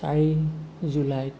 চাৰি জুলাইত